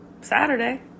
saturday